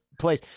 place